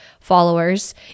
followers